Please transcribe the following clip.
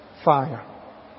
fire